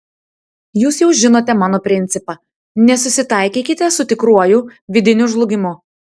jūs jau žinote mano principą nesusitaikykite su tikruoju vidiniu žlugimu